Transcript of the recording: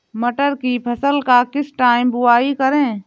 मटर की फसल का किस टाइम बुवाई करें?